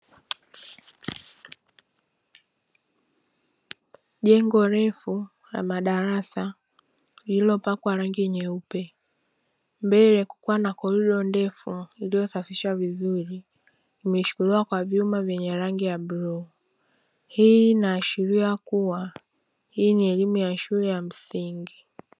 Jengo refu la madarasa lililopakwa rangi nyeupe, mbele kukiwa na korido ndefu iliyosafishwa vizuri; imeshikiliwa kwa vyuma vyenye rangi ya bluu. Hii inaashiria kuwa hii ni elimu ya shule ya msingi.